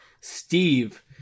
Steve